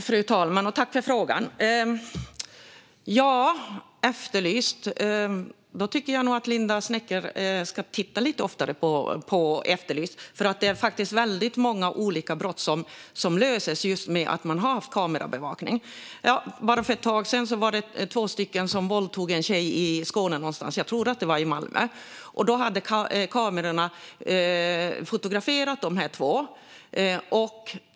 Fru talman! Jag tackar för frågan. Jag tycker att Linda Westerlund Snecker ska titta lite oftare på Efterlyst . Många olika brott löses på grund av att man har haft kamerabevakning. Ett exempel är två stycken som för ett tag sedan våldtog en tjej i Skåne någonstans - jag tror att det var i Malmö. Kamerorna hade fotograferat dem.